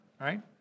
right